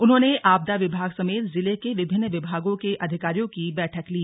उन्होंने आपदा विभाग समेत जिले के विभिन्न विभागों के अधिकारियों की बैठक ली